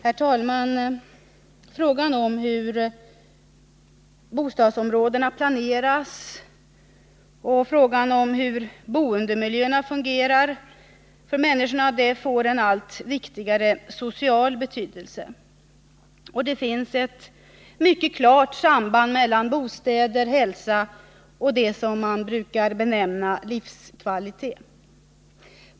Fru talman! Frågan om hur bostadsområdena planeras och frågan om hur boendemiljöerna fungerar för människorna får en allt större social betydelse. Det finns ett mycket klart samband mellan bostäder, hälsa och det som man brukar benämna livskvalitet.